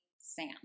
Sam